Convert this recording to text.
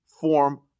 form